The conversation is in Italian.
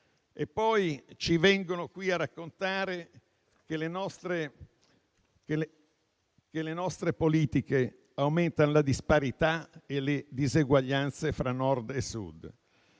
E poi ci vengono a raccontare che le nostre politiche aumentano la disparità e le diseguaglianze fra Nord e Sud.